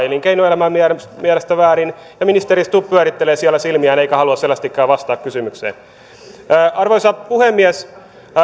elinkeinoelämän mielestä mielestä väärin ja ministeri stubb pyörittelee siellä silmiään eikä halua selvästikään vastata kysymykseen arvoisa puhemies